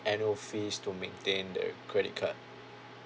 annual fees to maintain the credit card